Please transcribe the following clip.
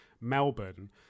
melbourne